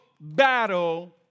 battle